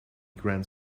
grand